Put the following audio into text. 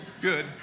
good